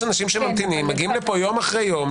יש פה אנשים שממתינים, מגיעים לפה יום אחר יום.